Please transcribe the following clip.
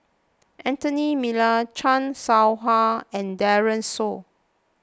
Anthony Miller Chan Soh Ha and Daren Shiau